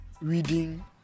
reading